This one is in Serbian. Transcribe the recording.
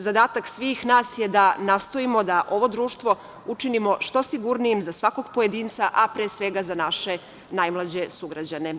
Zadatak svih nas je da nastojimo da ovo društvo učinimo što sigurnijim za svakog pojedinca, a pre svega za naše najmlađe sugrađane.